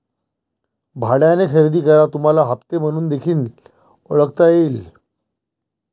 भाड्याने खरेदी करा तुम्हाला हप्ते म्हणून देखील ओळखता येईल